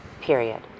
period